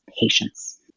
patience